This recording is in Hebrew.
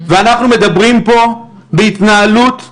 אנחנו מדברים פה על התנהלות נוראית.